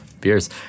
beers